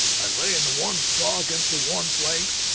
i lay in the warm straw against her warm flanks,